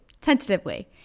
tentatively